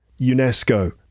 UNESCO